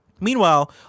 Meanwhile